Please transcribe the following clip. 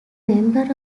member